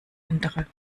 andere